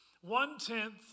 one-tenth